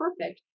perfect